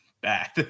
bad